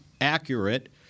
accurate